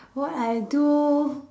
what I do